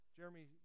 Jeremy